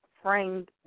framed